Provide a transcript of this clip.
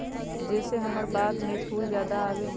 जे से हमार बाग में फुल ज्यादा आवे?